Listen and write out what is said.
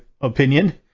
opinion